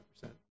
percent